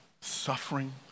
suffering